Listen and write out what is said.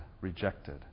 rejected